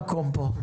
תעשו לה מקום פה.